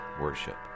worship